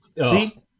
See